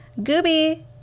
Gooby